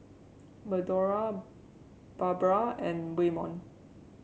Madora Barbra and Waymon